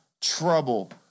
trouble